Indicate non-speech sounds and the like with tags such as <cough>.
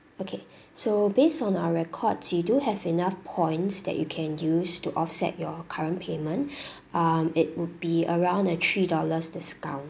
okay so based on our records you do have enough points that you can use to offset your current payment <breath> um it would be around a three dollars discount